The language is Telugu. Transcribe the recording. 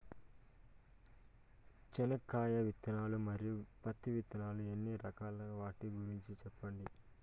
చెనక్కాయ విత్తనాలు, మరియు పత్తి విత్తనాలు ఎన్ని రకాలు వాటి గురించి సెప్పండి?